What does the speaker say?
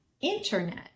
internet